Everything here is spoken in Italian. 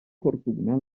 fortuna